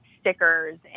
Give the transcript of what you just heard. stickers